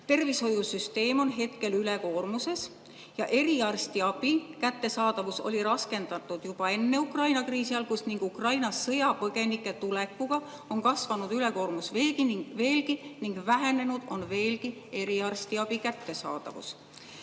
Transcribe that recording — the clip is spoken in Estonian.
tervishoiusüsteem on hetkel ülekoormuses. Eriarstiabi kättesaadavus oli raskendatud juba enne Ukraina kriisi algust, aga Ukraina sõjapõgenike tulekuga on kasvanud ülekoormus veelgi ning ka eriarstiabi kättesaadavus